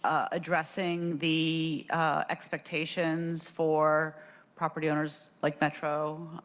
ah addressing the expectations for property owners like metro